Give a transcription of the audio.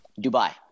Dubai